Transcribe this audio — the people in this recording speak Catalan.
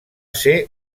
ser